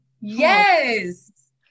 Yes